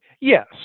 Yes